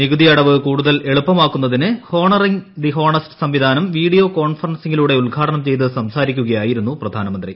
നികുതി അടവ് കൂടുതൽ എളുപ്പമാക്കുന്നതിന് ഹോണറിങ്ങ് ദി ഹോണസ്റ്റ് സംവിധാനം വീഡിയോ കോൺഫറൻസിങ്ങിലൂടെ ഉദ്ഘാടനം ചെയ്ത് സംസാരിക്കുകയായിരുന്നു പ്രധാനമന്ത്രി